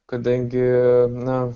kadangi na